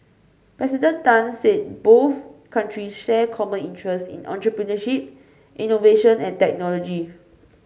President Tan said both countries share common interests in entrepreneurship innovation and technology